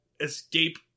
escape